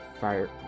Fire